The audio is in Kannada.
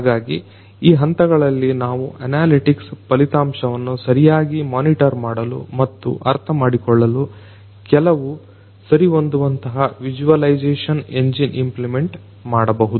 ಹಾಗಾಗಿ ಈ ಹಂತಗಳಲ್ಲಿ ನಾವು ಅನಾಲಿಟಿಕ್ಸ್ ಫಲಿತಾಂಶವನ್ನು ಸರಿಯಾಗಿ ಮೋನಿಟರ್ ಮಾಡಲು ಮತ್ತು ಅರ್ಥಮಾಡಿಕೊಳ್ಳಲು ಕೆಲವು ಸರಿಹೊಂದುವಂತಹ ವಿಜುವಲೈಜೆಷನ್ ಎಂಜಿನ್ ಇಂಪ್ಲಿಮೆಂಟ್ ಮಾಡಬಹುದು